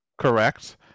correct